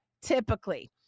typically